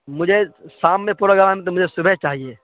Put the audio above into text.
مجھے شام میں پروگرام ہے تو مجھے صبح چاہیے